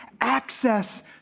access